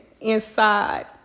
inside